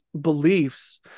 beliefs